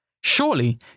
Surely